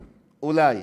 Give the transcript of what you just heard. אולי,